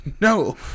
no